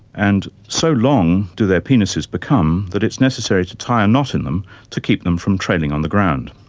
and so long do their penises become that it's necessary to tie a knot in them to keep them from trailing on the ground.